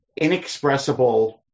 inexpressible